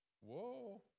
Whoa